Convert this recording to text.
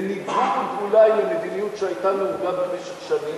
בניגוד אולי למדיניות שהיתה נהוגה במשך שנים,